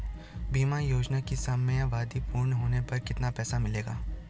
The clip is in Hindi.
बीमा योजना की समयावधि पूर्ण होने पर कितना पैसा मिलेगा?